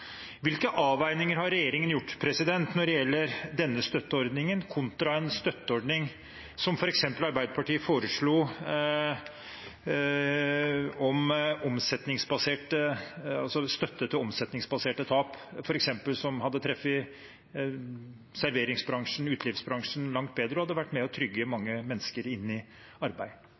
Hvilke avveininger har regjeringen gjort når det gjelder denne støtteordningen, kontra en støtteordning som f.eks. den Arbeiderpartiet foreslo om støtte til omsetningsbaserte tap, som f.eks. hadde truffet serveringsbransjen, utelivsbransjen langt bedre, og hadde vært med på å trygge mange mennesker inn i arbeid?